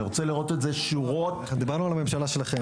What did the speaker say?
אני רוצה לראות את זה שורות --- דיברנו על הממשלה שלכם.